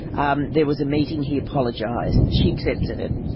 and there was a meeting, he apologised, she accepted it.